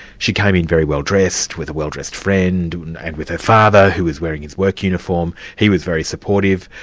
she came in very well dressed, with a well-dressed friend and with her father who was wearing his work uniform, he was very supportive.